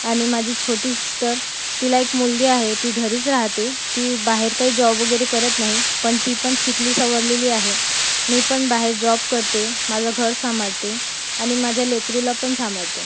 आणि माझी छोटी सिस्टर तिला एक मुलगी आहे ती घरीस राहते ती बाहेर काही जॉब वगैरे करत नाही पण ती पण शिकली सवरलेली आहे मी पण बाहेर जॉब करते माझं घर सांभाळते आणि माझ्या लेकराला पण सांभाळते